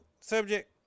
subject